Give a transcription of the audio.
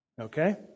Okay